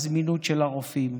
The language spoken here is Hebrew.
הזמינות של הרופאים,